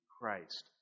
Christ